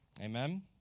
Amen